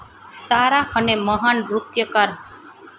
સારા અને મહાન નૃત્યકાર